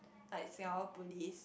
like Singapore bullies